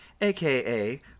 aka